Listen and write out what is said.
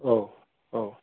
औ औ